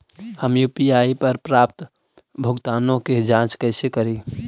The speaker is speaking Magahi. हम यु.पी.आई पर प्राप्त भुगतानों के जांच कैसे करी?